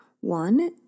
One